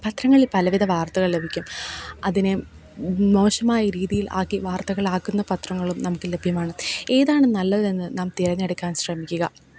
പത്രങ്ങളില് പലവിധ വാര്ത്തകള് ലഭിക്കും അതിനെ മോശമായ രീതിയില് ആക്കി വാര്ത്തകളാക്കുന്ന പത്രങ്ങളും നമുക്ക് ലഭ്യമാണ് ഏതാണ് നല്ലതെന്ന് നാം തിരഞ്ഞെടുക്കാന് ശ്രമിക്കുക